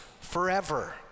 forever